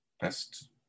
Best